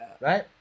Right